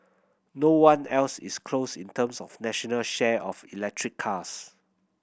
no one else is close in terms of a national share of electric cars